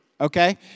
okay